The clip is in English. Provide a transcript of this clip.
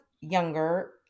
younger